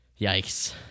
Yikes